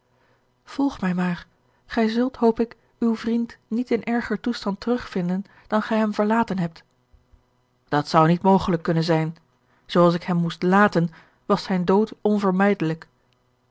volg mij maar gij zult hoop ik uw vriend niet in erger toestand terugvinden dan gij hem verlaten hebt dat zou niet mogelijk kunnen zijn zooals ik hem moest laten was zijn dood onvermijdelijk